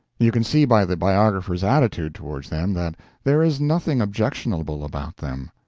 you can see by the biographer's attitude towards them that there is nothing objectionable about them.